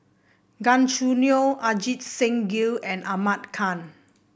Gan Choo Neo Ajit Singh Gill and Ahmad Khan